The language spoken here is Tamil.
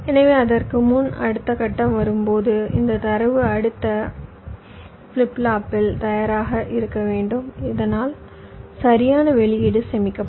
எனவே அதற்கு முன் அடுத்த கட்டம் வரும்போது இந்தத் தரவு அடுத்த ஃபிளிப் ஃப்ளாப்பில் தயாராக இருக்க வேண்டும் இதனால் சரியான வெளியீடு சேமிக்கப்படும்